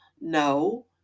No